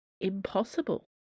impossible